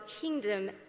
kingdom